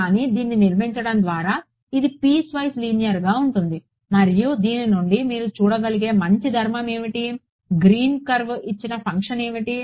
కాబట్టి దీన్ని నిర్మించడం ద్వారా ఇది పీస్వైస్ లీనియర్గా ఉంటుంది మరియు దీని నుండి మీరు చూడగలిగే మంచి ధర్మం ఏమిటి గ్రీన్ కర్వ్ ఇచ్చిన ఫంక్షన్ ఏమిటి